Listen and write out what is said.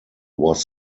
was